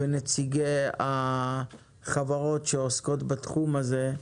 ונציגי החברות שעוסקות בתחום הזה,